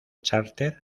chárter